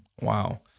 Wow